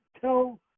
tell